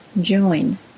join